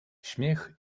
śmiech